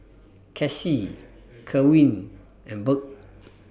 Cassie Kerwin and Birt